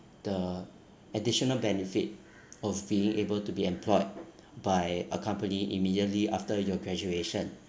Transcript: the additional benefit of being able to be employed by a company immediately after your graduation